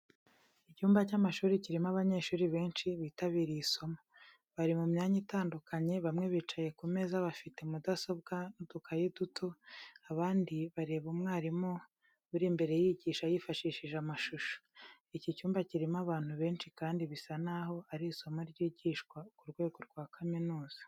Icyumba cy’amashuri kirimo abanyeshuri benshi bitabiriye isomo. Bari mu myanya itandukanye, bamwe bicaye ku meza bafite mudasobwa n’udukaye duto, abandi bareba umwarimu uri imbere yigisha yifashishije amashusho. Iki cyumba kirimo abantu benshi kandi bisa naho ari isomo ryigishwa ku rwego rwa kaminuza.